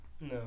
No